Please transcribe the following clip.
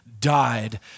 died